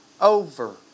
over